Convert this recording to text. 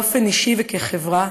באופן אישי וכחברה,